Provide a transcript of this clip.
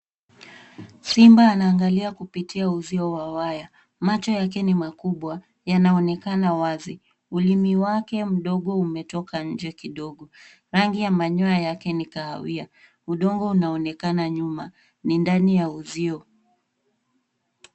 Simba anaangalia kupitia uzio wa waya. Macho yake ni makubwa yanayoonekana wazi. Ulimi wake mdogo umetoka nje kidogo. Rangi ya manyoya yake ni kahawia. Udongo unaonekana nyuma. Ni ndani ya uzio.